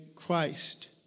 Christ